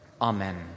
Amen